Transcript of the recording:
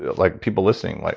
like people listening, like